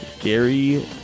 Gary